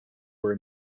were